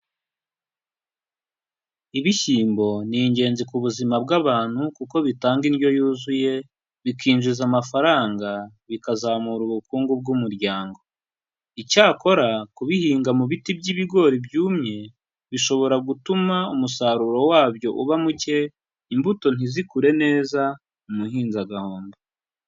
Ibishyimbo, ni ingenzi ku buzima bw'abantu kuko bitanga indyo yuzuye, bikinjiza amafaranga, bikazamura ubukungu bw'umuryango. Icyakora, kubihinga mu biti by'ibigori byumye, bishobora gutuma umusaruro wabyo uba muke, imbuto ntizikure neza, umuhinzi agahomba.